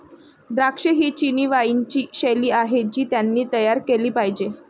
द्राक्षे ही चिनी वाइनची शैली आहे जी त्यांनी तयार केली पाहिजे